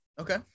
Okay